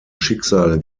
schicksale